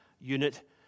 unit